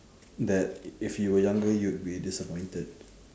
that if you were younger you'd be disappointed